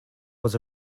was